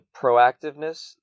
proactiveness